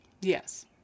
Yes